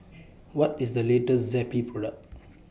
What IS The latest Zappy Product